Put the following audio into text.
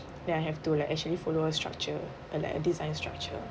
then I have to like actually follow a structure a like a design structure